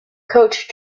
coach